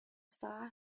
star